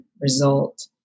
result